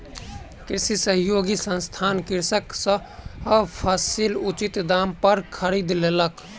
कृषि सहयोगी संस्थान कृषक सॅ फसील उचित दाम पर खरीद लेलक